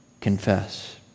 confess